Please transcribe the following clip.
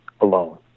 alone